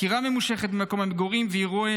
עקירה ממושכת ממקום המגורים ואירועי